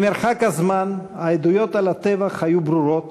ממרחק הזמן, העדויות על הטבח היו ברורות,